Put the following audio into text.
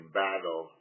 battle